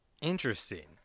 Interesting